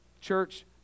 Church